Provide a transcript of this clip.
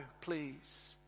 please